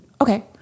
Okay